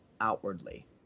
outwardly